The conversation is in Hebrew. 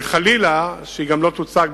ושהיא גם לא תוצג,